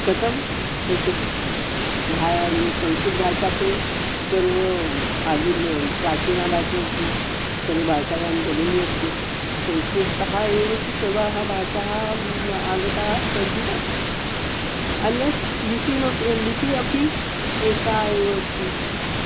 कथं पश्यतु भा संस्कृतभाषा तु सर्वम् आधुन्यं प्राचीना भाषा अस्ति सर्वभाषायां जननी अस्ति संस्कृततः एव तु सर्वाः भाषाः आगताः सन्ति न अन्यत् लिपिः अपि लिपिः अपि एका एव अस्ति